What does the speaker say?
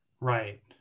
right